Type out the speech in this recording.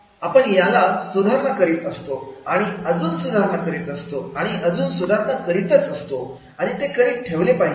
आपण याला सुधारणा करीत आणि अजून सुधारणा करीत आणि अजून सुधारणा करीत ठेवले पाहिजे